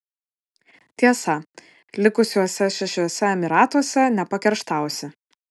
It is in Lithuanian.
tiesa likusiuose šešiuose emyratuose nepakerštausi